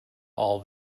all